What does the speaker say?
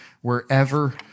wherever